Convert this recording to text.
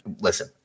Listen